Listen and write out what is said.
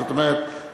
זאת אומרת,